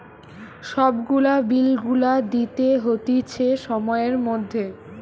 সব গুলা বিল গুলা দিতে হতিছে সময়ের মধ্যে